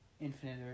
infinite